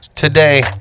today